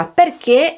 perché